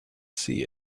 see